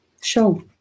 Sure